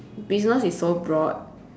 business is so broad